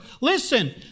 Listen